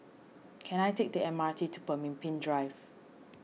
can I take the M R T to Pemimpin Drive